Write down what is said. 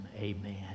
Amen